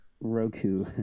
Roku